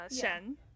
Shen